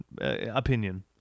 opinion